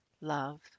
love